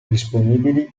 disponibili